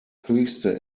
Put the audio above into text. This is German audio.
höchste